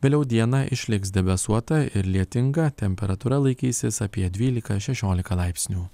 vėliau dieną išliks debesuota ir lietinga temperatūra laikysis apie dvylika šešiolika laipsnių